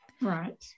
right